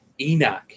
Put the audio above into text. Enoch